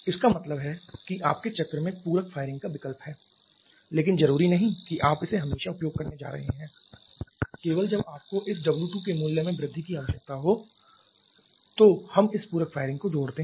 इसका मतलब है कि आपके चक्र में पूरक फायरिंग का विकल्प है लेकिन जरूरी नहीं कि आप इसे हमेशा उपयोग करने जा रहे हैं केवल जब आपको इस W2 के मूल्य में वृद्धि की आवश्यकता हो तो हम इस पूरक फायरिंग को जोड़ते हैं